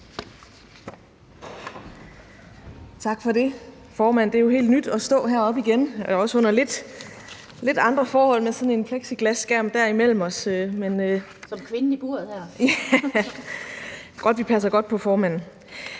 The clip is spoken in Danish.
Tak for det, formand. Det er jo helt nyt at stå heroppe igen, og det er også under lidt andre forhold med sådan en plexiglasskærm imellem os. (Den fg. formand (Annette Lind): Som kvinden